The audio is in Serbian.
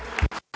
Hvala